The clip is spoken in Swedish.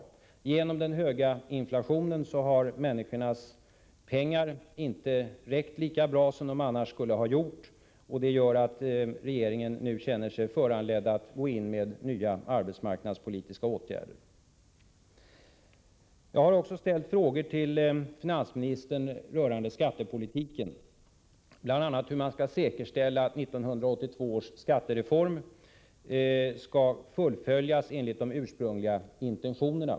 På grund av den höga inflationen har människornas pengar inte räckt till lika bra som de annars skulle ha gjort, och det gör att regeringen nu känner sig föranledd att gå in med nya arbetsmarknadspolitiska åtgärder. Jag har också ställt frågor rörande skattepolitiken till finansministern. Bl.a. har jag frågat hur man skall säkerställa att 1982 års skattereform fullföljs enligt de ursprungliga intentionerna.